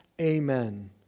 Amen